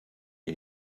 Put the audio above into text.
des